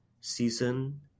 season